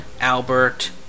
Albert